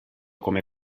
come